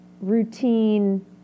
routine